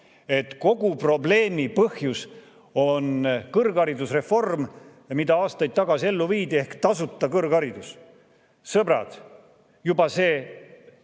kogu probleemi põhjus on kõrgharidusreform, mis aastaid tagasi ellu viidi, ehk tasuta kõrgharidus. Sõbrad! Juba see